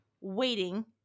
waiting